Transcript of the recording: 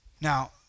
Now